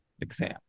exam